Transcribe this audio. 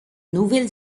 nouvelle